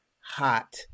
hot